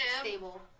stable